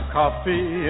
coffee